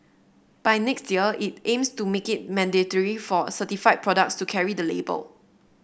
by next year it aims to make it mandatory for certified products to carry the label